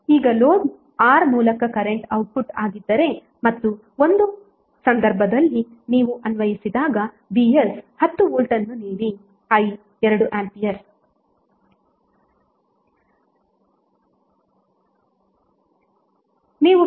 ಈಗ load R ಮೂಲಕ current output ಆಗಿದ್ದರೆ ಮತ್ತು ಒಂದು ಸಂದರ್ಭದಲ್ಲಿ ನೀವು ಅನ್ವಯಿಸಿದಾಗ Vs 10V ಅನ್ನು ನೀಡಿ i 2 A